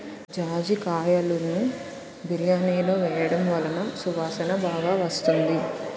జాజికాయలును బిర్యానిలో వేయడం వలన సువాసన బాగా వస్తుంది